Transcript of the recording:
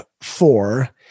four